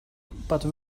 but